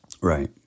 right